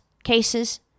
cases